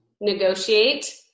negotiate